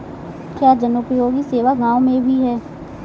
क्या जनोपयोगी सेवा गाँव में भी है?